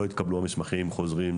לא התקבלו המסמכים וחוזר חלילה.